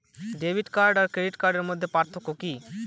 Debit card আর credit কার্ডের মধ্যে পার্থক্য কি?